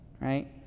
Right